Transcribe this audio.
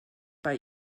bei